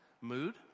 mood